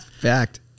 fact